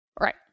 Right